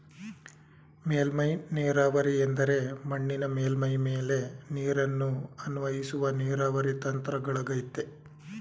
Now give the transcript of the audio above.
ಮೇಲ್ಮೈ ನೀರಾವರಿ ಎಂದರೆ ಮಣ್ಣಿನ ಮೇಲ್ಮೈ ಮೇಲೆ ನೀರನ್ನು ಅನ್ವಯಿಸುವ ನೀರಾವರಿ ತಂತ್ರಗಳಗಯ್ತೆ